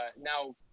Now